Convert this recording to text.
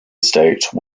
state